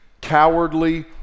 cowardly